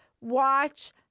watch